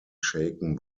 shaken